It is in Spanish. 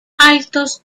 altos